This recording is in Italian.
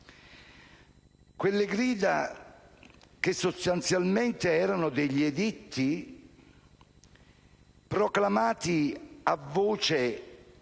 Quelle gride, che sostanzialmente erano degli editti, proclamati a voce